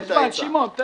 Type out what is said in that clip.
חבל על הזמן, שמעון.